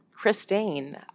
Christine